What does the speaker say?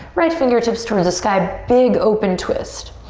right fingertips towards the sky. big, open twist.